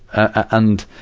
and,